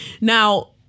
Now